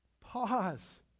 Pause